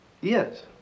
Yes